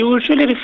Usually